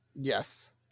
Yes